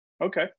Okay